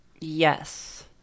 Yes